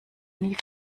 nie